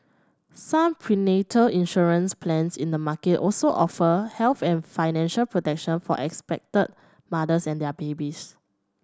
some prenatal insurance plans in the market also offer health and financial protection for expect mothers and their babies